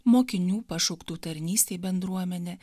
mokinių pašauktų tarnystei bendruomenė